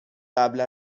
قبل